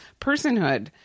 personhood